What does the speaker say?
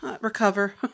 Recover